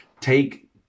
take